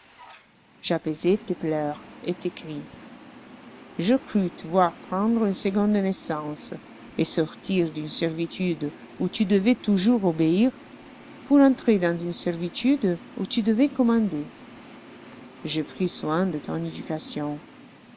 j'apaisai tes pleurs et tes cris je crus te voir prendre une seconde naissance et sortir d'une servitude où tu devois toujours obéir pour entrer dans une servitude où tu devois commander je pris soin de ton éducation